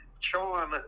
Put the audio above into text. charm